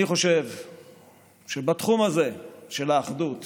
אני חושב שבתחום הזה של האחדות